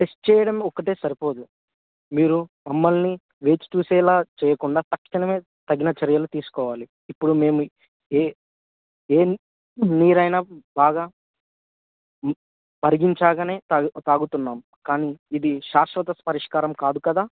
test చేయడం ఒక్కటే సరిపోదు మీరు మమ్మల్ని వేచి చూసేలాగ చేయకుండా తక్షణమే తగిన చర్యలు తీసుకోవాలి ఇప్పుడు మేము ఏ ఏ నీరు ఆయిన బాగా మరిగించాక తాగు తాగుతున్నాం కానీ ఇది శాశ్వాత పరిష్కారం కాదు కదా